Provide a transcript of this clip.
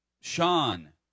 Sean